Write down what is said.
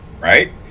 Right